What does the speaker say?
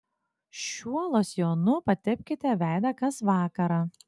šiuo losjonu patepkite veidą kas vakarą